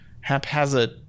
haphazard